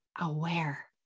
Aware